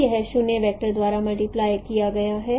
तो यह 0 वेक्टर द्वारा मल्टीप्लाई किया जाता है